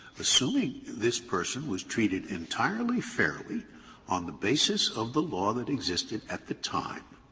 assuming this person was treated entirely fairly on the basis of the law that existed at the time,